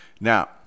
Now